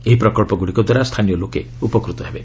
ଏହି ପ୍ରକବ୍ଧଗୁଡିକ ଦ୍ୱାରା ସ୍ଥାନୀୟ ଲୋକେ ଉପକୃତ ହେବେ